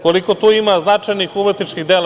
Koliko tu ima značajnih umetničkih dela.